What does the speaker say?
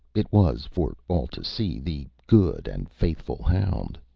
it was, for all to see, the good and faithful hound.